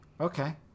Okay